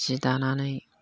जि दानानै